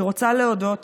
אני רוצה להודות